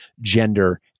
gender